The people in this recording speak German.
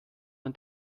man